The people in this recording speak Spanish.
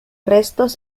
restos